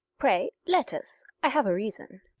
pray let us i have a reason.